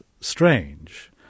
strange